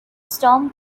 storm